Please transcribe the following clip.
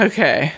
Okay